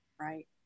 Right